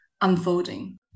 unfolding